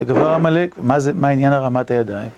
הדבר המלא, מה זה מה עניין הרמת הידיים?